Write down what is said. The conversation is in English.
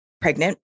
pregnant